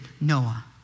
Noah